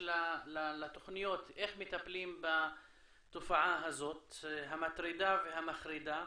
לתוכניות איך מטפלים בתופעה הזאת המטרידה והמחרידה